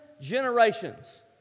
generations